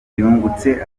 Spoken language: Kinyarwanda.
yungutse